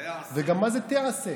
וגם מה זה תיעשה?